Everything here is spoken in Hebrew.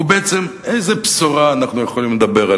ובעצם, על איזו בשורה אנחנו יכולים לדבר?